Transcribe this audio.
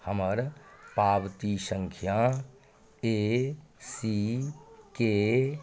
हमर पावती संख्या ए सीके